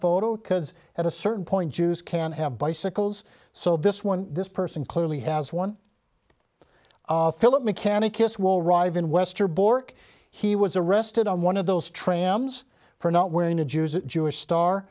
photo because at a certain point jews can have bicycles so this one this person clearly has one philip mechanic yes well riving westerbork he was arrested on one of those trams for not wearing a jews a jewish star